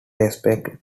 respect